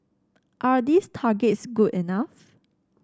are these targets good enough